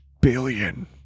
billion